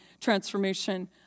transformation